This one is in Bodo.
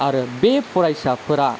आरो बे फरायसाफोरा